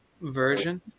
version